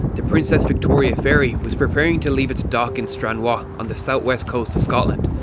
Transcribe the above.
the princess victoria ferry was preparing to leave its dock in stranraer ah on the south-west coast of scotland,